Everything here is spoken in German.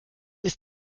ist